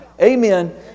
amen